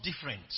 different